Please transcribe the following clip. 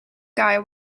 guy